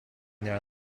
their